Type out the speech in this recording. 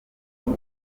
ubu